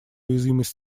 уязвимость